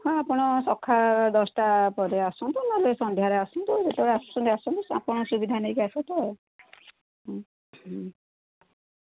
ହଁ ଆପଣ ସକାଳ ଦଶଟା ପରେ ଆସନ୍ତୁ ନ'ହେଲେ ସନ୍ଧ୍ୟାରେ ଆସନ୍ତୁ ଯେତେବେଳେ ଆସୁଛନ୍ତି ଆସନ୍ତୁ ଆପଣ ସୁବିଧା ନେଇକି ଆସନ୍ତୁ ଆଉ